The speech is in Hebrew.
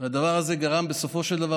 והדבר הזה גרם בסופו של דבר,